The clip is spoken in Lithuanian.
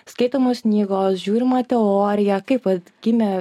skaitomos knygos žiūrima teorija kaip vat gimė